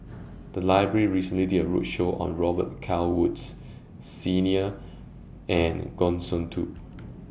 The Library recently did A roadshow on Robet Carr Woods Senior and Goh Sin Tub